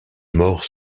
morts